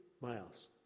miles